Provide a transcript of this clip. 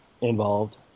involved